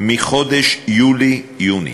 מחודש יולי, יוני,